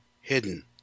hidden